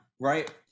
right